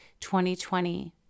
2020